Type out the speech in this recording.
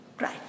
right